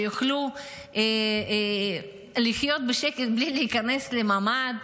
שיוכלו לחיות בשקט בלי להיכנס לממ"ד,